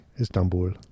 Istanbul